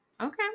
Okay